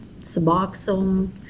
suboxone